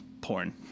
porn